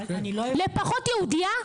לפחות יהודייה?